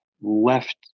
left